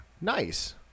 nice